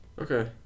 Okay